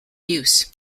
use